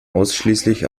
ausschließlich